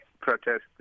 protest